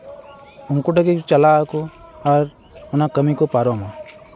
ᱩᱱᱠᱩ ᱴᱷᱮᱡ ᱜᱮ ᱪᱟᱞᱟᱜ ᱟᱠᱚ ᱟᱨ ᱚᱱᱟ ᱠᱟᱹᱢᱤ ᱠᱚ ᱯᱟᱨᱚᱢᱟ